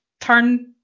turn